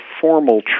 formal